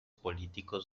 políticos